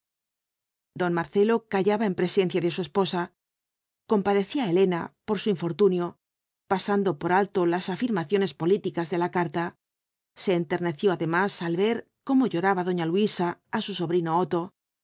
don marcelo callaba en presencia de su esposa compadecía á elena por su infortunio pasando por alto las afirmaciones políticas de la carta se enterneció además al ver cómo lloraba doña luisa á su sobrino otto